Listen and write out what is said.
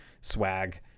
swag